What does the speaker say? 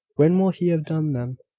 when will he have done them?